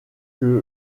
que